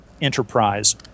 enterprise